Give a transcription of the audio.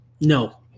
No